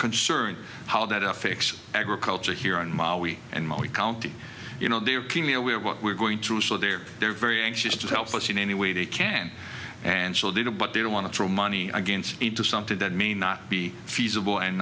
concerned how that affects agriculture here in ma we and my county you know they are keenly aware of what we're going through so they're they're very anxious to help us in any way they can and still do but they don't want to throw money against into something that may not be feasible and